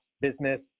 business